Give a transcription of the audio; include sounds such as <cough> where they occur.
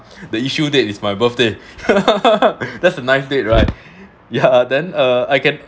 the issue date is my birthday <laughs> that's a nice date right ya then uh I can